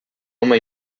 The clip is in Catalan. home